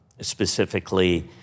specifically